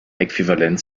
äquivalent